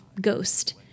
ghost